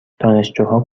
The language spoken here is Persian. دانشجوها